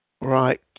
Right